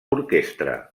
orquestra